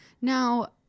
Now